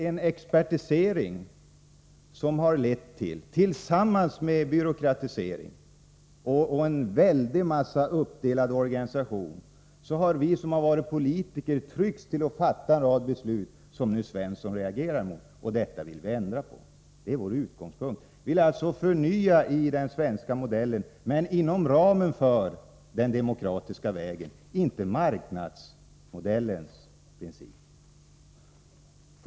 En expertisering har tillsammans med byråkratiseringen och en stor uppdelning av organisationen tvingat oss politiker att fatta en rad beslut som nu Svensson reagerar mot — och det är här vi vill ändra. Vår utgångspunkt är att vi vill förnya den svenska modellen inom ramen för det demokratiska systemet — inte efter marknadsmodellens princip.